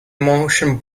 motion